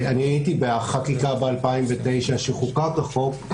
הייתי בחקיקה ב-2009 שחוקק החוק,